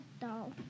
doll